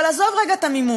אבל עזוב רגע את המימון,